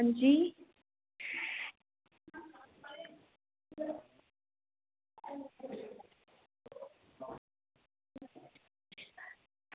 अंजी